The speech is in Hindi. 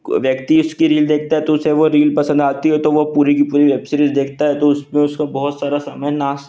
कोई व्यक्ति इसके रिल देखता है तो उसे वो रील पसंद आती है तो वो पूरी कि पूरी वैब सीरीज देखता है तो उसमें उसका बहुत समय नाश